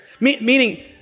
Meaning